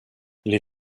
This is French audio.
les